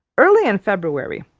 early in february,